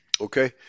okay